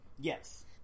Yes